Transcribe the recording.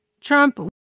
Trump